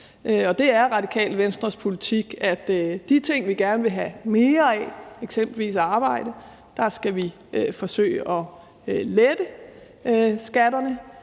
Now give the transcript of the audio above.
Det er Radikale Venstres politik, at for de ting, vi gerne vil have mere af, eksempelvis arbejde, skal vi forsøge at lette skatterne,